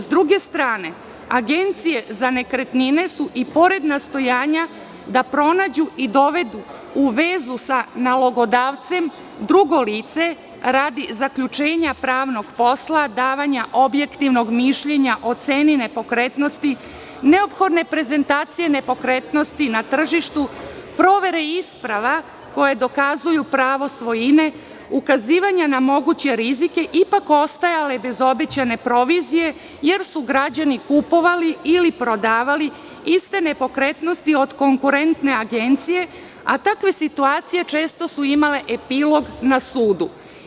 S druge strane, agencije za nekretnine su i pored nastojanja da pronađu i dovedu u vezu sa nalogodavcem drugo lice radi zaključenja pravnog posla, davanja objektivnog mišljenja o ceni nepokretnosti, neophodne prezentacije nepokretnosti na tržištu, provere isprava koje dokazuju pravo svojine, ukazivanja na moguće rizike ipak postaje bez obećane provizije jer su građani kupovali ili prodavali iste nepokretnosti od kokurentne agencije a takve situacije čestu si imale epilog na sudu.